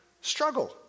struggle